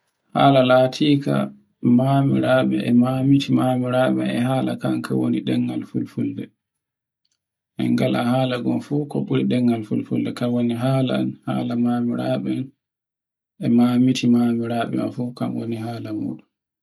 Hala laati ka, maamiraɓe e hanka woni ɗengal fulfulde, en ngala hala fere ɓuri ɗengal fulfulde haala am haala mamiiraɓe am fu hanka woni haala mujun